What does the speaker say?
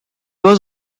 was